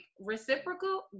reciprocal